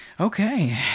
Okay